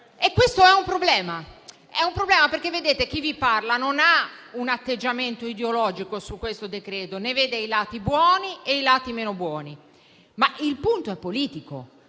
E questo è un problema. Vedete, chi vi parla non ha un atteggiamento ideologico su questo decreto; ne vede i lati buoni e i lati meno buoni. Il punto è politico: